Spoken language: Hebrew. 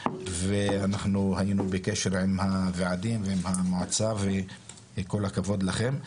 ואנחנו היינו בקשר עם הוועדים ועם המועצה וכל הכבוד לכם,